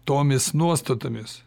tomis nuostatomis